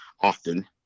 Often